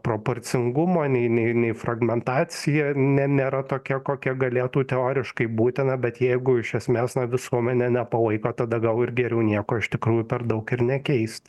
proporcingumo nei nei fragmentacija nė nėra tokia kokia galėtų teoriškai būti na bet jeigu iš esmės na visuomenė nepalaiko tada gal ir geriau nieko iš tikrųjų per daug ir nekeist